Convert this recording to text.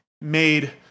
made